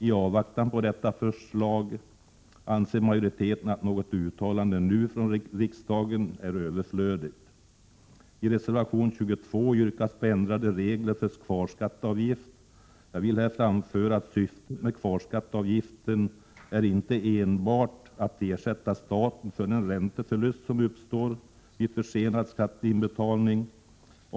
I avvaktan på detta förslag anser majoriteten att något uttalande nu från riksdagen är överflödigt. : I reservation 22 yrkas på ändrade regler för kvarskatteavgift. Jag vill här framföra att syftet med kvarskatteavgiften inte enbart är att ersätta staten för den ränteförlust som uppstår vid försenad skatteinbetalning.